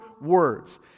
words